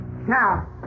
Now